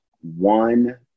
one